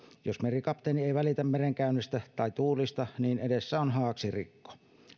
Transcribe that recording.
jos merikapteeni ei välitä merenkäynnistä tai tuulista niin edessä on haaksirikko